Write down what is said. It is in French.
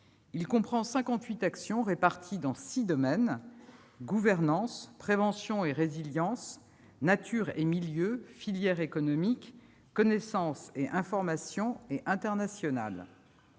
cinquante-huit actions réparties en six domaines : gouvernance ; prévention et résilience ; nature et milieux ; filières économiques ; connaissance et information ; international.